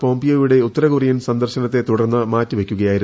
പോംപിയോയുടെ ഉത്തരകൊറിയൻ സന്ദർശനത്തെ തുടർന്ന് മാറ്റിവയ്ക്കുകയായിരുന്നു